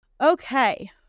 Okay